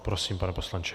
Prosím, pane poslanče.